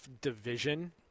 division